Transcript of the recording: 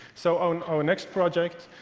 so on our next project,